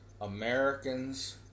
Americans